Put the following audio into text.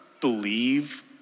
believe